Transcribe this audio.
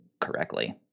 correctly